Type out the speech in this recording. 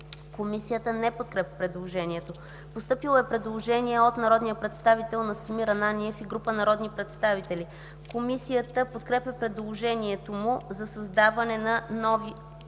Комисията не подкрепя предложението. Постъпило е предложение от народния представител Настимир Ананиев и група народни представители. Комисията подкрепя предложението му за създаване на нова